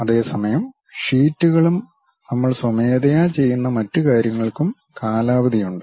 അതേസമയം ഷീറ്റുകളും നമ്മൾ സ്വമേധയാ ചെയ്യുന്ന മറ്റ് കാര്യങ്ങൾക്കും കാലാവധിയുണ്ട്